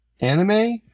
anime